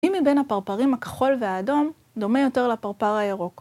מי מבין הפרפרים הכחול והאדום, דומה יותר לפרפר הירוק.